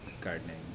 gardening